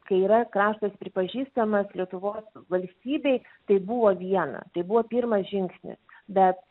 kai yra kraštas pripažįstamas lietuvos valstybei tai buvo viena tai buvo pirmas žingsnis bet